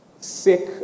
sick